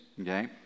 okay